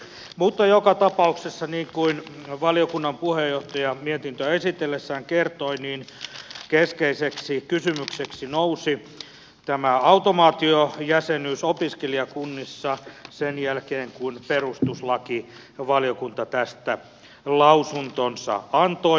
mutta joka tapauksessa niin kuin valiokunnan puheenjohtaja mietintöä esitellessään kertoi keskeiseksi kysymykseksi nousi tämä automaatiojäsenyys opiskelijakunnissa sen jälkeen kun perustuslakivaliokunta tästä lausuntonsa antoi